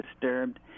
disturbed